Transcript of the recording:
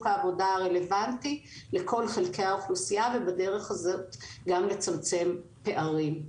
העבודה הרלוונטי לכל חלקי האוכלוסייה ובדרך הזאת גם לצמצם פערים.